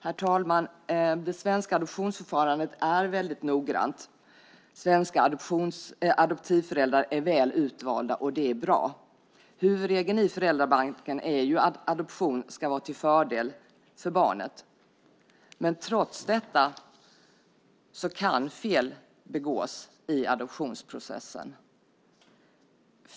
Herr talman! Det svenska adoptionsförfarandet är mycket noggrant. Svenska adoptivföräldrar är väl utvalda. Det är bra. Huvudregeln i föräldrabalken är att adoption ska vara till fördel för barnet. Trots detta kan fel begås i adoptionsprocessen.